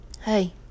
Hey